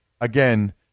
again